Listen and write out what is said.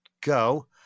go